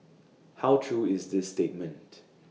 how true is this statement